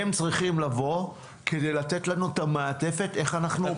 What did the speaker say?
הם צריכים לבוא כדי לתת לנו את המעטפת איך אנחנו --- אתה